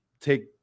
take